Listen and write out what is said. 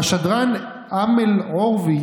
השדרן אמל עוראבי